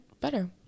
better